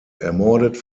ermordet